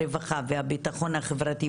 הרווחה והבטחון החברתי,